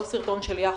לא סרטון של יחד.